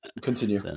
continue